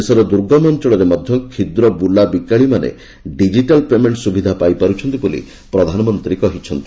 ଦେଶର ଦୁର୍ଗମ ଅଞ୍ଚଳରେ ମଧ୍ୟ କ୍ଷୁଦ୍ର ବୁଲାବିକାଳିମାନେ ଡିଜିଟାଲ ପେମେଣ୍ଟ ସୁବିଧା ପାଇପାରୁଛନ୍ତି ବୋଲି ପ୍ରଧାନମନ୍ତ୍ରୀ କହିଛନ୍ତି